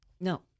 No